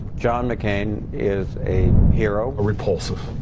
john mccain is a hero. repulsive,